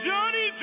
Johnny